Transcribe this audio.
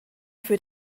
für